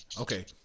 Okay